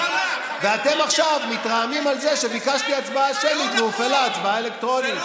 ואתם עכשיו מתרעמים על זה שביקשתי הצבעה שמית והופעלה הצבעה אלקטרונית.